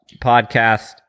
podcast